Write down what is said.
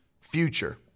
future